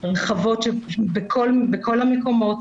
רחבות בכל המקומות,